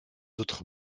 autres